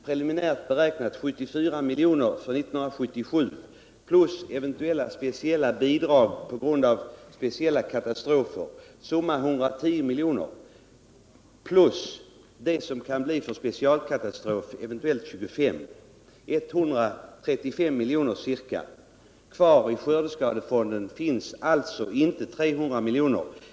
Preliminärt beräknat kommer 74 milj.kr. att utbetalas för 1977 plus eventuella bidrag på grund av speciella katastrofer med 25 milj.kr. Det blir ca 125 milj.kr. Kvar i skördeskadefonden finns alltså inte 300 milj.kr.